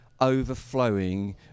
overflowing